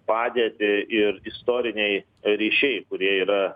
padėtį ir istoriniai ryšiai kurie yra